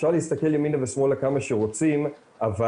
אפשר להסתכל ימינה ושמאלה כמה שרוצים אבל